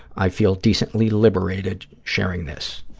i feel decently liberated sharing this.